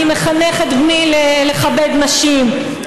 אני מחנך את בני לכבד נשים,